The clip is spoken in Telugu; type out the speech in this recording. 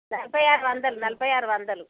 నలభై ఆరు వందలు నలభై ఆరు వందలు